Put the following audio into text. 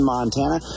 Montana